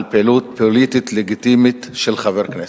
פעילות פוליטית לגיטימית של חבר כנסת.